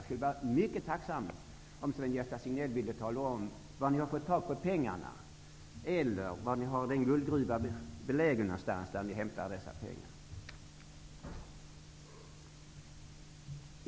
Jag skulle vara mycket tacksam om Sven-Gösta Signell ville tala om var ni har fått tag i pengarna eller var den guldgruva är belägen där ni hämtar dessa pengar.